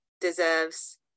deserves